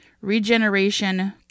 regeneration